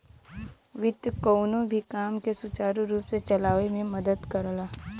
वित्त कउनो भी काम के सुचारू रूप से चलावे में मदद करला